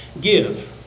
give